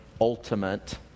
ultimate